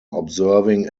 observing